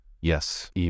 Yes